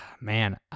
man